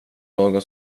någon